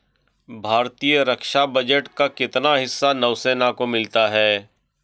भारतीय रक्षा बजट का कितना हिस्सा नौसेना को मिलता है?